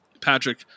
Patrick